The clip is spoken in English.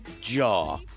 jaw